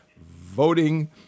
voting